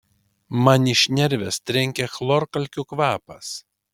man į šnerves trenkia chlorkalkių kvapas